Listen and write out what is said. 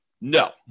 No